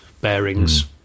bearings